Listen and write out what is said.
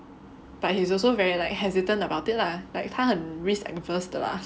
but he's also very like hesitant about it lah like 他很 risk averse 的 lah